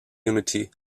unity